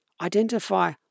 identify